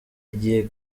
igihe